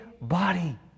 body